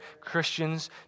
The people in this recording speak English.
Christians